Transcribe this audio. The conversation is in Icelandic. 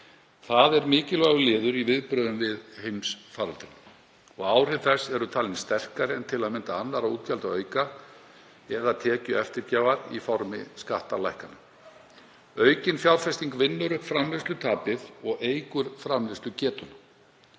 Það er mikilvægur liður í viðbrögðum við heimsfaraldri og áhrif þess eru talin sterkari en til að mynda annarra útgjaldaauka eða tekjueftirgjafar í formi skattalækkana. Aukin fjárfesting vinnur upp framleiðslutapið og eykur framleiðslugetu.